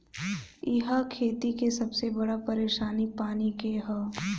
इहा खेती के सबसे बड़ परेशानी पानी के हअ